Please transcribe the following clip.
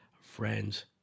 friends